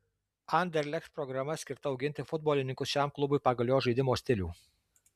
anderlecht programa skirta auginti futbolininkus šiam klubui pagal jo žaidimo stilių